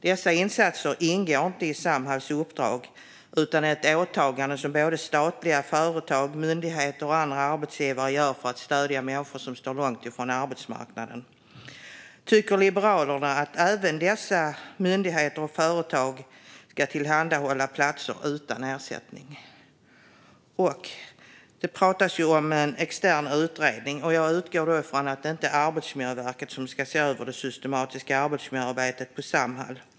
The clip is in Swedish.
Dessa insatser ingår inte i Samhalls uppdrag utan är ett åtagande som statliga företag, myndigheter och andra arbetsgivare fullgör för att stödja människor som står långt från arbetsmarknaden. Tycker Liberalerna att även dessa myndigheter och företag ska tillhandahålla platser utan ersättning? Det pratas om en extern utredning. Jag utgår från att det inte är Arbetsmiljöverket som ska se över det systematiska arbetsmiljöarbetet på Samhall.